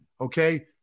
okay